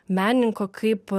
menininko kaip